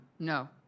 No